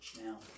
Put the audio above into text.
now